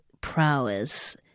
prowess